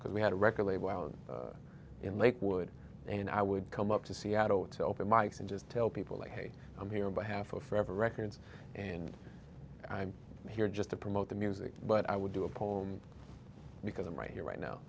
because we had a record label around in lakewood and i would come up to seattle to open mikes and just tell people hey i'm here in behalf of forever records and i'm here just to promote the music but i would do a poem because i'm right here right